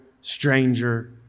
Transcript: stranger